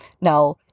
Now